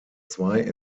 zwei